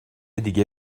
دیگه